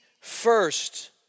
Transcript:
first